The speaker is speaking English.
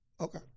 Okay